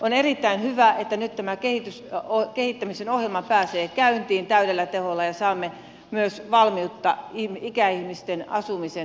on erittäin hyvä että nyt tämä kehittämisen ohjelma pääsee käyntiin täydellä teholla ja saamme myös valmiutta ikäihmisten asumisen monipuolistamiseen